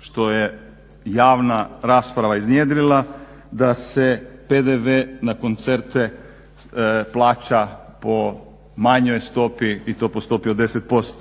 što je javna rasprava iznjedrila da se PDV na koncerte plaća po manjoj stopi i to po stopi od 10%.